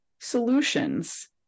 solutions